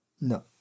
No